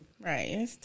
Right